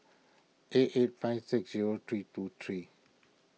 eight eight five six zero three two three